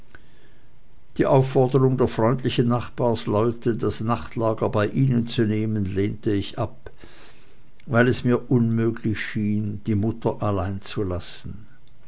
die aufforderung der freundlichen nachbarsleute das nachtlager bei ihnen zu nehmen lehnte ich ab weil es mir unmöglich schien die mutter allein zu lassen